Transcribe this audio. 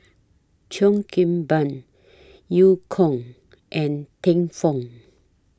Cheo Kim Ban EU Kong and Teng Fong